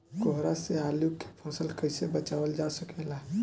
कोहरा से आलू के फसल कईसे बचावल जा सकेला?